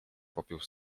popiół